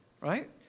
right